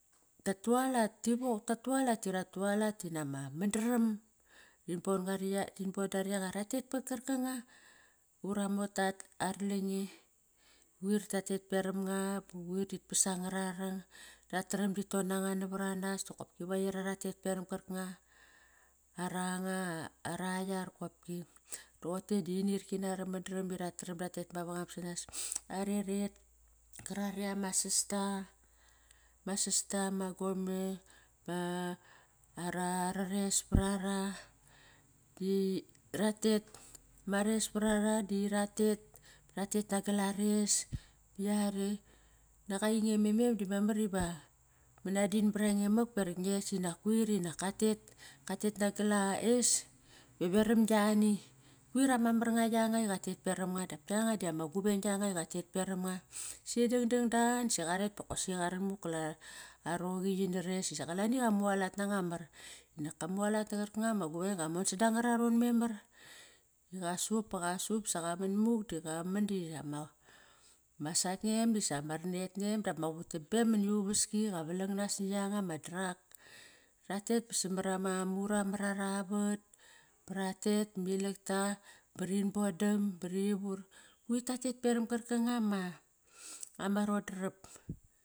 Tat tualat, ti wok, tat tualat di rat tualat dina ma mandram rinboda ri yanga. Tatet pat karanga ura mota ara lange. Quir tatet peram nga ba quir tit pas angararong Rat taram ti ton anga navar anas diqop pa airo rat tet peram qarkanga ara nga, ara yar qopki. Roqote di inirki nara mandram i rataram tatet mevo ngam sanas. Are ret karare ama sasta, ma sasta, ma gome. Arares parara di ratet mares par ara di ratet, ratet nagal ares i yare. Nak ainge me mem di memar iva manadin barange mak barak nges inak kuir inak katet, katet nagal a es va veram glani. Quir ama mar nga yanga iqatet peram nga, dap kianga dama guveng giangai qatet peram nga. Si dangdang dan nisi qaret bokosaqi qaran muk gal aroqi qinares isa qalani qamualat nanga mar. Inak ka mualat na qarkanga ma guveng. Qa mon sada ngar raron memar, i qa sup ba qa sup sa qamar muk di qa man di ama sak ngem disa ma ranet nem dap ma qutabem mani uvaski qa valang nas ni yanga ma darak. Ratet ba samar ama uramat ara vat ba ratet ma ilakta barin bodam bari vur. Quir tatet peram qarkanga ma ama rodarap.